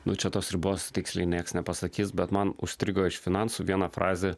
nu čia tos ribos tiksliai niekas nepasakys bet man užstrigo iš finansų viena frazė